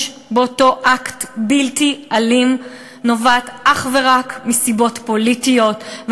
באותו אקט בלתי אלים נובע אך ורק מסיבות פוליטיות,